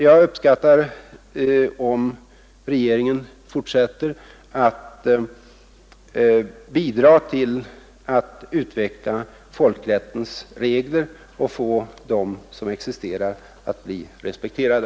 Jag uppskattar om regeringen fortsätter att bidraga till att utveckla folkrättens regler och få dem som existerar att bli respekterade.